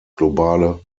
globale